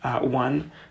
one